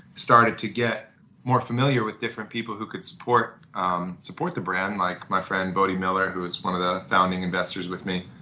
started to get more familiar with different people who could support um support the brand like my friend brody miller who is one of the founding investors with me